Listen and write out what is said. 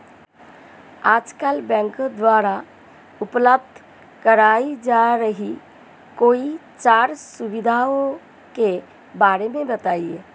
आजकल बैंकों द्वारा उपलब्ध कराई जा रही कोई चार सुविधाओं के बारे में बताइए?